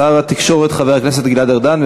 שר התקשורת חבר הכנסת גלעד ארדן.